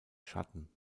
schatten